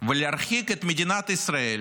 ולהרחיק את מדינת ישראל